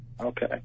Okay